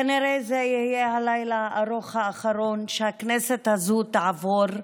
כנראה זה יהיה הלילה הארוך האחרון שהכנסת הזאת תעבור,